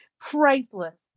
priceless